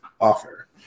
offer